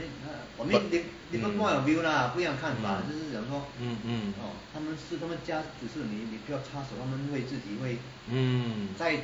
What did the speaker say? but mm mm mm mm